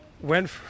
went